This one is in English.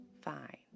fine